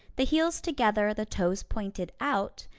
the heels together, the toes pointed out,